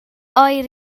oer